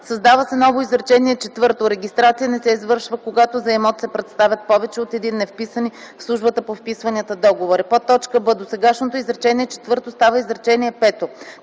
създава се ново изречение четвърто: „Регистрация не се извършва, когато за имот се представят повече от един невписани в службата по вписванията договори;” б) досегашното изречение четвърто става изречение пето.